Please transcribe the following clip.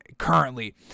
Currently